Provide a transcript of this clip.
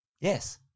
Yes